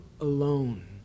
alone